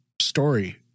story